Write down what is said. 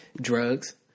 drugs